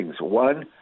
One